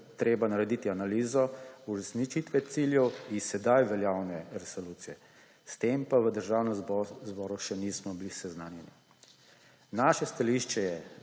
najprej narediti analizo uresničevanja ciljev iz sedaj veljavne resolucije, s tem pa v Državnem zboru še nismo bili seznanjeni. Naše stališče je,